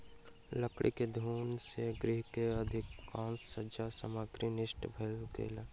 लकड़ी के घुन से गृह के अधिकाँश सज्जा सामग्री नष्ट भ गेलैन